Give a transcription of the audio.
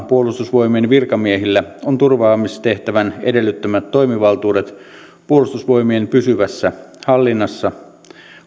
puolustusvoimien virkamiehillä on turvaamistehtävän edellyttämät toimivaltuudet puolustusvoimien pysyvässä hallinnassa